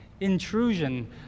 Intrusion